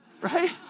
Right